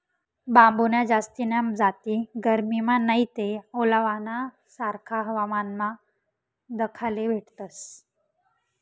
बांबून्या जास्तीन्या जाती गरमीमा नैते ओलावाना सारखा हवामानमा दखाले भेटतस